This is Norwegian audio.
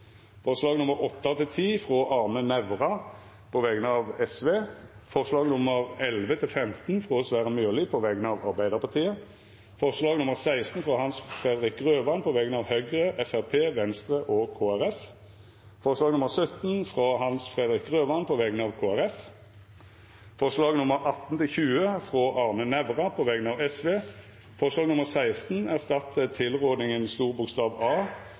forslag nr. 7, frå Sverre Myrli på vegner av Arbeidarpartiet forslaga nr. 8–10, frå Arne Nævra på vegner av Sosialistisk Venstreparti forslaga nr. 11–15, frå Sverre Myrli på vegner av Arbeidarpartiet forslag nr. 16, frå Hans Fredrik Grøvan på vegner av Høgre, Framstegspartiet, Venstre og Kristeleg Folkeparti forslag nr. 17, frå Hans Fredrik Grøvan på vegner av Kristeleg Folkeparti forslaga nr. 18–20, frå Arne Nævra på vegner av Sosialistisk Venstreparti Forslag nr. 16 erstattar A